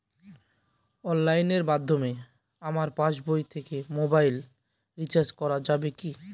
অনলাইনের মাধ্যমে আমার পাসবই থেকে মোবাইল রিচার্জ করা যাবে কি?